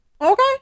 okay